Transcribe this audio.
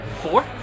four